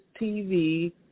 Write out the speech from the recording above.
TV